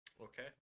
Okay